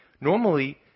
normally